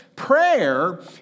Prayer